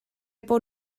bod